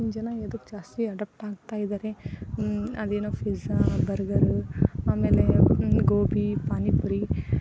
ಈಗಿನ ಜನ ಎದುಕ್ ಜಾಸ್ತಿ ಅಡಾಪ್ಟ್ ಆಗ್ತಾಯಿದ್ದಾರೆ ಅದೇನೋ ಫಿಝಾ ಬರ್ಗರ್ ಆಮೇಲೆ ಗೋಬಿ ಪಾನಿಪುರಿ